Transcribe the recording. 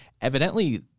evidently